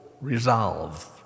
resolve